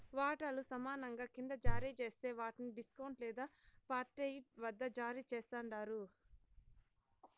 వాటాలు సమానంగా కింద జారీ జేస్తే వాట్ని డిస్కౌంట్ లేదా పార్ట్పెయిడ్ వద్ద జారీ చేస్తండారు